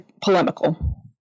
polemical